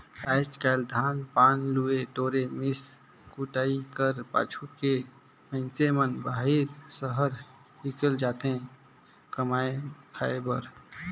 आएज काएल धान पान ल लुए टोरे, मिस कुइट कर पाछू के मइनसे मन बाहिर सहर हिकेल जाथे कमाए खाए बर